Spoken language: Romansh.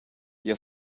jeu